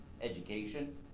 Education